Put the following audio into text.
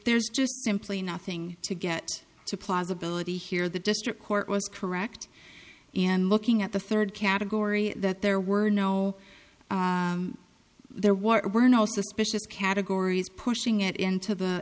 there's just simply nothing to get to plausibility here the district court was correct in looking at the third category that there were no there were no suspicious categories pushing it into the